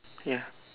ya